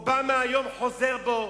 אובמה היום חוזר בו,